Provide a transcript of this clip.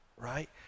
Right